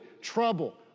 trouble